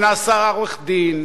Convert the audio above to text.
ונעשה עורך-דין,